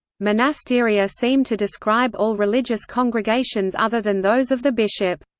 monasteria seem to describe all religious congregations other than those of the bishop.